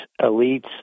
elites